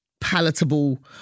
palatable